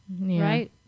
Right